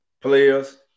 Players